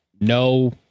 No